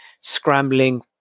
scrambling